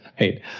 right